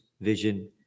vision